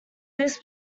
this